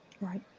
Right